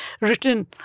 written